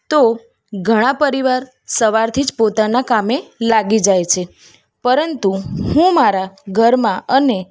તો ઘણા પરિવાર સવારથી જ પોતાનાં કામે લાગી જાય છે પરંતુ હું મારા ઘરમાં અને